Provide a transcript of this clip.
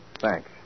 Thanks